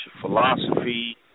philosophy